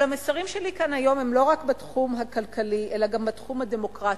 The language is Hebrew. אבל המסרים שלי כאן היום הם לא רק בתחום הכלכלי אלא גם בתחום הדמוקרטי.